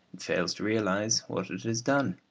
fails to realise what it has done.